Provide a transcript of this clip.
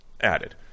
added